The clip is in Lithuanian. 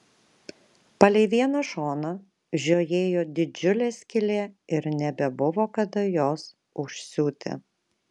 palei vieną šoną žiojėjo didžiulė skylė ir nebebuvo kada jos užsiūti